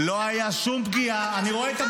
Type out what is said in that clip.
לא הייתה שום פגיעה.